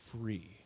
free